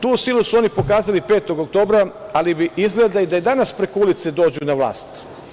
Tu silu su oni pokazali 5. oktobra, ali bi izgleda da i danas preko ulice dođu na vlast.